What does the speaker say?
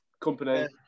company